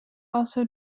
also